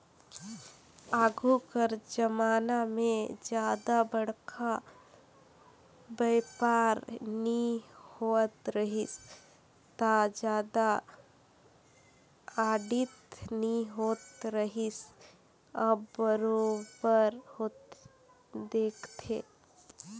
आघु कर जमाना में जादा बड़खा बयपार नी होवत रहिस ता जादा आडिट नी होत रिहिस अब बरोबर देखथे